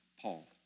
Paul